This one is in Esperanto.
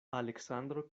aleksandro